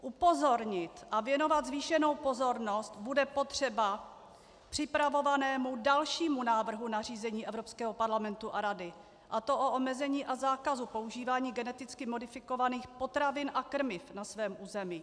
Upozornit a věnovat zvýšenou pozornost bude potřeba k připravovanému dalšímu návrhu nařízení Evropského parlamentu a Rady, a to o omezení a zákazu používání geneticky modifikovaných potravin a krmiv na svém území.